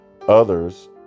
Others